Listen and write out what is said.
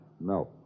No